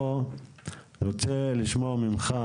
אני רוצה לשמוע ממך,